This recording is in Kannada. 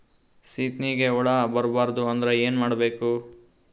ಸೀತ್ನಿಗೆ ಹುಳ ಬರ್ಬಾರ್ದು ಅಂದ್ರ ಏನ್ ಮಾಡಬೇಕು?